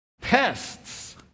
pests